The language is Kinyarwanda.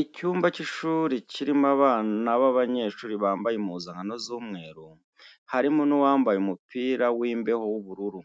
Icyumba cy'ishuri kirimo abana b'abanyeshuri bambaye impuzankano z'umweru harimo n'uwambaye umupira w'imbeho w'ubururu.